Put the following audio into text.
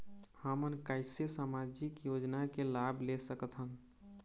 हमन कैसे सामाजिक योजना के लाभ ले सकथन?